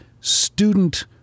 student